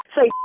Say